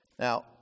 Now